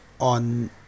on